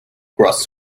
cross